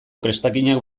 prestakinak